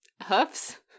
hoofs